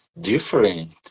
different